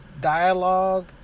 dialogue